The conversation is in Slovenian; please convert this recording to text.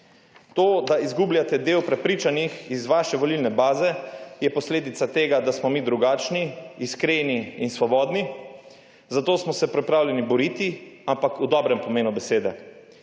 To, da izgubljate del prepričanih iz vaše volilne baze, je posledica tega, da smo mi drugačni, iskreni in svobodni. Za to smo se pripravljeni boriti, ampak v dobrem pomenu besede,